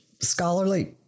scholarly